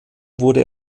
wurde